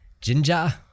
Ginger